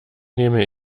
nehme